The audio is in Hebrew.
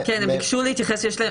להתייחס.